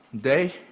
day